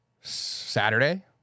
Saturday